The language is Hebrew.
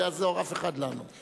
אף אחד לא יעזור לנו.